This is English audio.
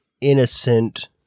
innocent